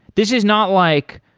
this is not like,